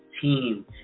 team